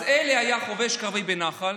אלי היה חובש קרבי בנח"ל,